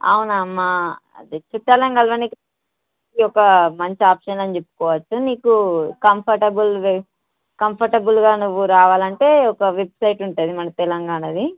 అవును అమ్మ అదే చుట్టాలని కలవడానికి ఇది ఒక మంచి ఆప్షన్ అని చెప్పుకోవచ్చు నీకు కంఫర్టబుల్ వే కంఫర్టబుల్గా నువ్వు రావాలంటే ఒక వెబ్సైట్ ఉంటుంది మన తెలంగాణది